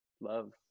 love